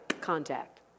contact